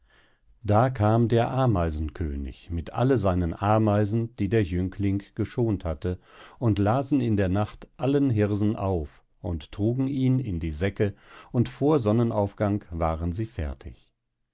da kam der ameisenkönig mit alle seinen ameisen die der jüngling geschont hatte und lasen in der nacht allen hirsen auf und trugen ihn in die säcke und vor sonnenaufgang waren sie fertig